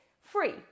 free